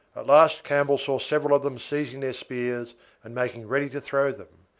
last campbell saw several of them seizing their spears and making ready to throw them,